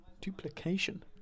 duplication